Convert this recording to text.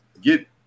get